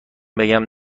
بگم